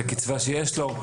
את הקצבה שיש לו,